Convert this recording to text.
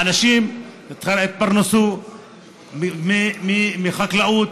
האנשים התפרנסו מחקלאות,